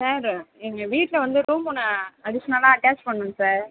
sir எங்கள் வீட்டில் வந்து ரூம் ஒன்று அடிஷனலாக அட்டாச் பண்ணணும் சார்